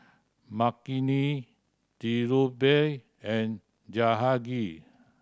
Makineni Dhirubhai and Jahangir